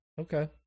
Okay